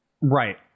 Right